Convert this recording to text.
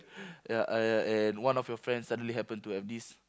ya and and one of your friend suddenly happen to have this